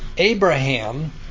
Abraham